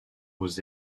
aux